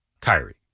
Kyrie